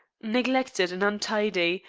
neglected and untidy,